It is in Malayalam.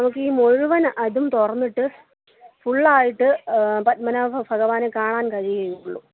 നമുക്ക് ഈ മുഴുവൻ അതും തുറന്നിട്ട് ഫുള്ളായിട്ട് പദ്മനാഭ ഭഗവാനെ കാണാൻ കഴിയുകയുള്ളൂ